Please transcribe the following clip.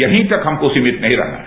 यहीं तक हमकों सीमित नहीं रहना है